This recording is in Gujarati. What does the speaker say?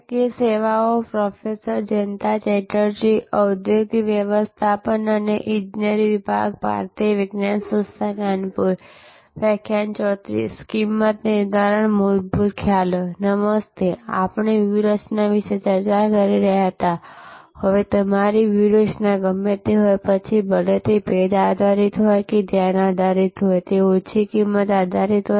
કિંમત નિર્ધારણ મૂળભૂત ખ્યાલો નમસ્તે આપણે વ્યૂહરચના વિશે ચર્ચા કરી રહ્યા હતા હવે તમારી વ્યૂહરચના ગમે તે હોય પછી ભલે તે ભેદ આધારિત હોય કે ધ્યાન આધારિત હોય કે ઓછી કિંમત આધારિત હોય